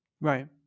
Right